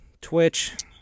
Twitch